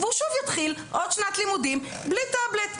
והוא שוב יתחיל עוד שנת לימודים בלי טאבלט,